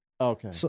Okay